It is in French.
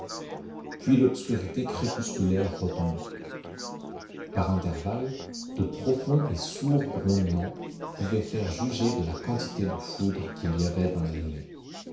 puis l'obscurité crépusculaire retombait par intervalles de profonds et sourds grondements pouvaient faire juger de la quantité de foudre qu'il y avait dans la nuée